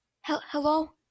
Hello